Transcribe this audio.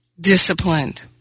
disciplined